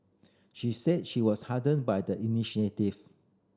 she said she was heartened by the initiative